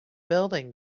building